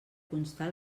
constar